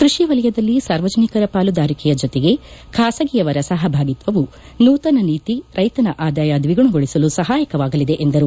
ಕೃಷಿ ವಲಯದಲ್ಲಿ ಸಾರ್ವಜನಿಕರ ಪಾಲುದಾರಿಕೆಯ ಜೊತೆಗೆ ಖಾಸಗಿಯವರ ಸಹಭಾಗಿತ್ವವು ನೂತನ ನೀತಿ ರೈತನ ಆದಾಯ ದ್ದಿಗುಣಗೊಳಿಸಲು ಸಹಾಯವಾಗಲಿದೆ ಎಂದರು